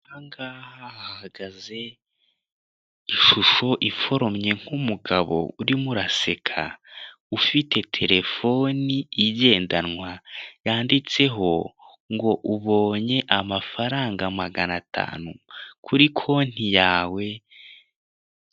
Ahangaha hahagaze ishusho iforomye nk'umugabo urimo uraseka ufite terefoni igendanwa, yanditseho ngo ubonye amafaranga magana atanu kuri konti yawe.